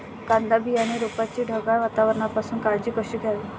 कांदा बियाणे रोपाची ढगाळ वातावरणापासून काळजी कशी घ्यावी?